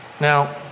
Now